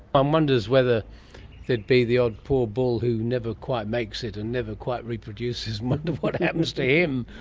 um wonders whether there'd be the odd poor bull who never quite makes it and never quite reproduces. wonder what happens to him?